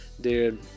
dude